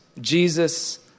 Jesus